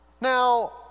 Now